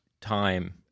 time